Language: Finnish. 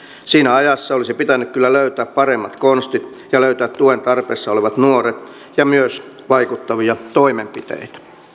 siinä ajassa olisi pitänyt kyllä löytää paremmat konstit ja löytää tuen tarpeessa olevat nuoret ja myös vaikuttavia toimenpiteitä